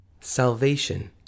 Salvation